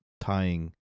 tying